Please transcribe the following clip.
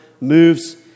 moves